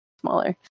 smaller